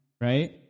Right